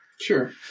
Sure